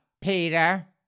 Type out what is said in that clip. Peter